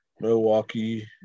Milwaukee